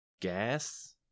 Gas